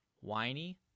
whiny